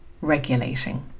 regulating